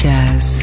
Jazz